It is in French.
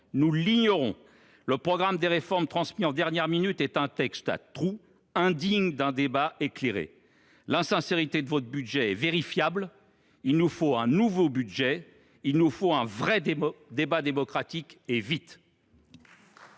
Nous l’ignorons. Le programme des réformes, transmis en dernière minute, est un texte à trous, indigne d’un débat éclairé. L’insincérité de votre budget est vérifiable ; il nous en faut un nouveau. Un vrai débat démocratique s’impose,